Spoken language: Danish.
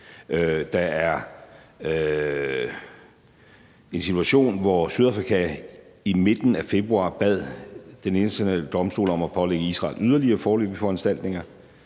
Der er en situation, hvor Sydafrika i midten af februar bad Den Internationale Domstol om at pålægge Israel yderligere foreløbige foranstaltninger,